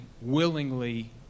willingly